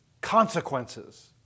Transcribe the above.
consequences